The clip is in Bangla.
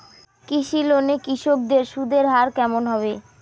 কৃষি লোন এ কৃষকদের সুদের হার কেমন হবে?